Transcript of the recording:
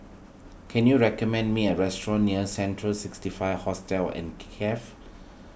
can you recommend me a restaurant near Central sixty five Hostel and Cafe